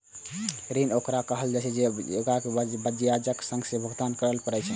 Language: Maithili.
ऋण ओकरा कहल जाइ छै, जेकरा ब्याजक संग भुगतान करय पड़ै छै